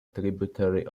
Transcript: tributary